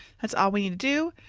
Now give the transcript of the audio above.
that's all we need to do.